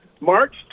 March